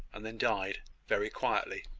and then died very quietly.